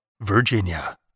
Virginia